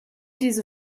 diese